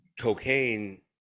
cocaine